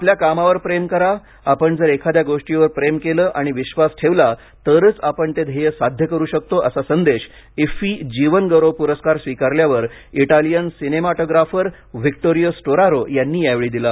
आपल्या कामावर प्रेम करा आपण जर एखाद्या गोष्टीवर प्रेम केले आणि विश्वास ठेवला तरच आपण ते ध्येय साध्य करू शकतो असा संदेश इफ्फी जीवनगौरव पुरस्कार स्वीकारल्यावर इटालियन सिनेमॅटोग्राफ्रर व्हिक्टोरियो स्टोरारो यांनी यावेळी दिला